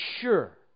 sure